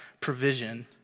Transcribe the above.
provision